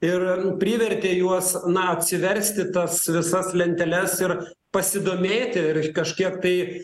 ir privertė juos na atsiversti tas visas lenteles ir pasidomėti ir kažkiek tai